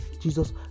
jesus